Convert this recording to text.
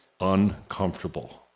uncomfortable